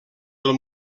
del